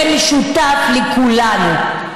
זה משותף לכולנו.